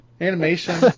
animation